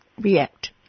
react